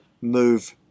move